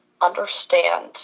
understand